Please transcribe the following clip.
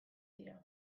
dira